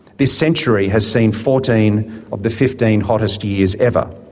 this century has seen fourteen of the fifteen hottest years ever.